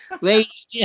Ladies